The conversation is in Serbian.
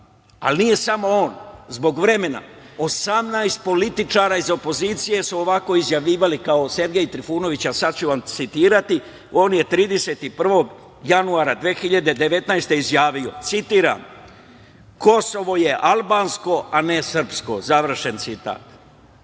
ali nije samo on zbog vremena, 18 političara iz opozicije su ovako izjavljivali kao Sergej Trifunović, a sada ću vam citirati. On je 31. januara 2019. godine izjavio, citiram: „Kosovo je albansko, a ne srpsko“, završen citat. Pa,